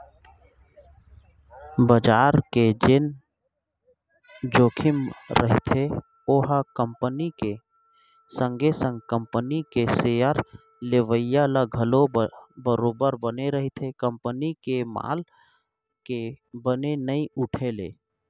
बजार के जेन जोखिम रहिथे ओहा कंपनी के संगे संग कंपनी के सेयर लेवइया ल घलौ बरोबर बने रहिथे कंपनी के माल के बने नइ उठे ले